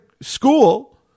school